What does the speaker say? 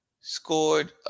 scored